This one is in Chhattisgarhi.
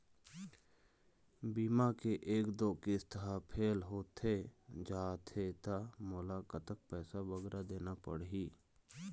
बीमा के एक दो किस्त हा फेल होथे जा थे ता मोला कतक पैसा बगरा देना पड़ही ही?